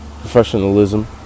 professionalism